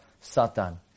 Satan